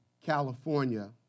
California